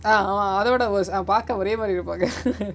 ah அவ அதோட:ava athoda was அவ பாக்க ஒரேமாரி இருப்பாங்க:ava paaka oremari irupaanga